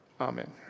Amen